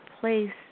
place